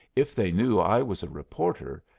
if they knew i was a reporter,